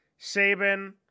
Saban